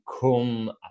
come